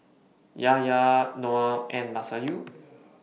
Yahya Noah and Masayu